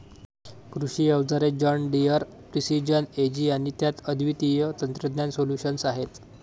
कृषी अवजारे John Deere precision AG आणि त्यात अद्वितीय तंत्रज्ञान सोल्यूशन्स आहेत